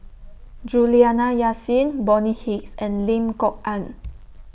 Juliana Yasin Bonny Hicks and Lim Kok Ann